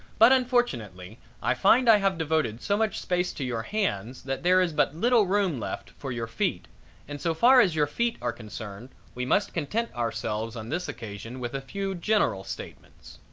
but unfortunately i find i have devoted so much space to your hands that there is but little room left for your feet and so far as your feet are concerned, we must content ourselves on this occasion with a few general statements.